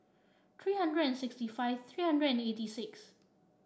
three hundred and sixty five three hundred and eighty six